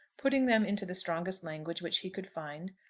putting them into the strongest language which he could find,